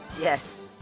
yes